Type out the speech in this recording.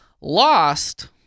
Lost